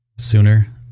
sooner